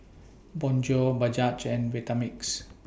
Bonjour Bajaj and Vitamix